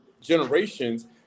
generations